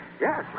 yes